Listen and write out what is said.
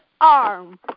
arm